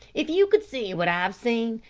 if you could see what i have seen,